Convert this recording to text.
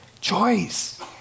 Choice